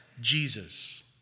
Jesus